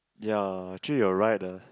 ya actually you're right ah